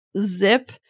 zip